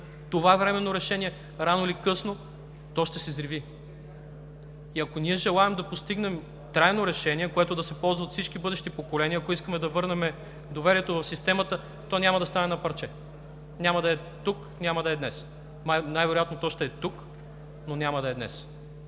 това временно решение рано или късно ще се взриви. И ако ние желаем да постигнем трайно решение, което да се ползва от всички бъдещи поколения, ако искаме да върнем доверието в системата, то няма да стане на парче, няма да е тук, няма да е днес. Най-вероятно то ще е тук, но няма да е днес.